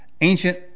ancient